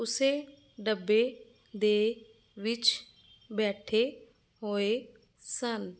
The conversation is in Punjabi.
ਉਸੇ ਡੱਬੇ ਦੇ ਵਿੱਚ ਬੈਠੇ ਹੋਏ ਸਨ